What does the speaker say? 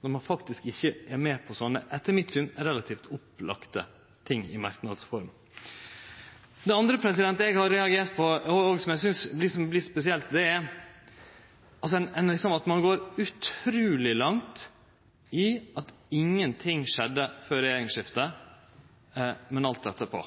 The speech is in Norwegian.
når ein faktisk ikkje er med på sånne, etter mitt syn, relativt opplagte ting i merknadsform. Det andre eg har reagert på, og som eg synest vert spesielt, er at ein går utruleg langt i at ingenting skjedde før regjeringsskiftet, men alt skjedde etterpå.